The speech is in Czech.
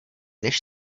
než